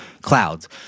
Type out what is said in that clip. clouds